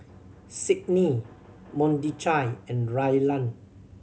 Sydney Mordechai and Rylan